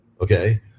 Okay